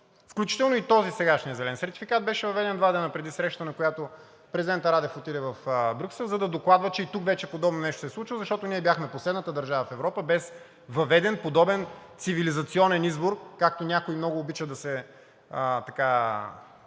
Включително и този – сегашният зелен сертификат, беше въведен два дена преди срещата, на която президентът Радев отиде в Брюксел, за да докладва, че и тук вече нещо подобно се случва, защото ние бяхме последната държава в Европа без въведен подобен цивилизационен избор – както някои много обичат да използват